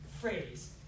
phrase